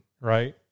right